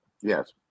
yes